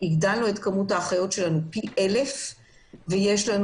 את כמות האחיות שלנו פי 1,000. יש לנו